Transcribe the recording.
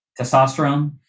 testosterone